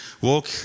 walk